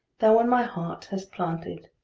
thou in my heart hast planted,